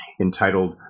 entitled